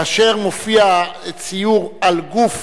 כאשר מופיע ציור על גוף